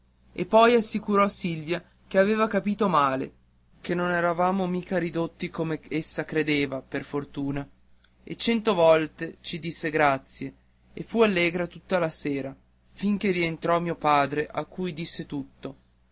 e poi assicurò silvia che aveva capito male che non eravamo mica ridotti come essa credeva per fortuna e cento volte ci disse grazie e fu allegra tutta la sera fin che rientrò mio padre a cui disse tutto